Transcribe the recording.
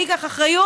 מי ייקח אחריות?